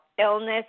illness